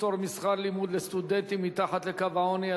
פטור משכר לימוד לסטודנטים מתחת לקו העוני),